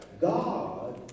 God